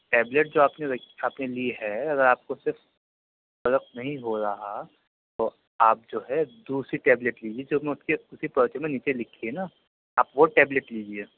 tablet جو آپ نے رکھ آپ نے لی ہے اگر آپ کو اس سے فرق نہیں ہو رہا تو آپ جو ہے دوسری ٹیبلیٹ لیجیے جو میں اسی پرچے میں نیچے لکھی ہے نا آپ وہ ٹیبلیٹ لیجیے